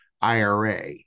IRA